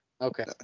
Okay